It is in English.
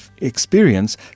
experience